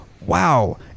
wow